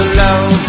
love